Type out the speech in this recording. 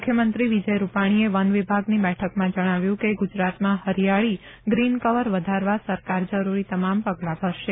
મુખ્યમંત્રી વિજય રૂપાણીએ વન વિભાગની બેઠકમાં જણાવ્યું કે ગુજરાતમાં હરીયાળી ગ્રીનકવર વધારવા સરકાર જરૂરી તમામ પગલા ભરશે